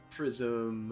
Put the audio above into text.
Prism